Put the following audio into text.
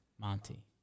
Monty